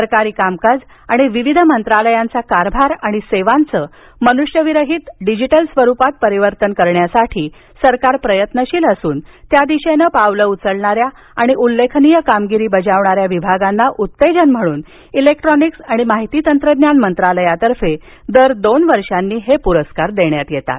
सरकारी कामकाज आणि विविध मंत्रालयाचा कारभार आणि सेवांचं मनुष्यविरहित डिजिटल स्वरूपात परावर्तन करण्यासाठी सरकार प्रयत्नशील असून त्या दिशेनं पावलं उचलणाऱ्या आणि उल्लेखनीय कामगिरी बजावणाऱ्या विभागांना उत्तेजन म्हणून इलेक्ट्रोनिक्स आणि माहिती तंत्रज्ञान मंत्रालयातर्फे दर दोन वर्षांनी हे पुरस्कार देण्यात येतात